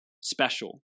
special